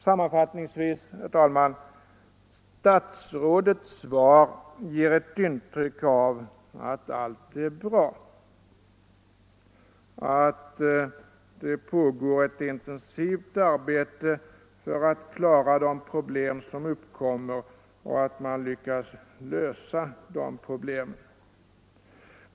Sammanfattningsvis, herr talman, ger statsrådets svar ett intryck av att allt är bra och att det pågår ett intensivt arbete för att klara de problem som uppkommer och att man också lyckas lösa dessa problem.